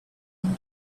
them